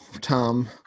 Tom